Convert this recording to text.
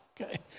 okay